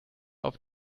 auf